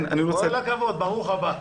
כל הכבוד, ברוך הבא.